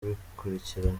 kubikurikirana